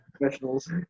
professionals